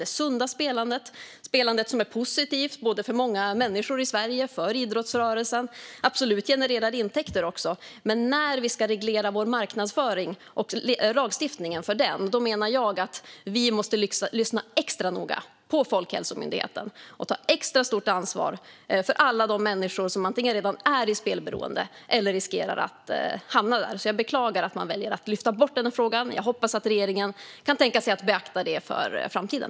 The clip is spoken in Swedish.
Det finns ett sunt spelande - det spelande som är positivt för många människor i Sverige, inklusive idrottsrörelsen, och som absolut genererar intäkter - men när vi ska reglera lagstiftningen för marknadsföringen menar jag att vi måste lyssna extra noga på Folkhälsomyndigheten och ta extra stort ansvar för alla de människor som antingen redan är i spelberoende eller riskerar att hamna där. Jag beklagar därför att man väljer att lyfta bort den frågan. Jag hoppas att regeringen kan tänka sig att beakta detta inför framtiden.